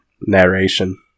narration